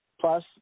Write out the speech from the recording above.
plus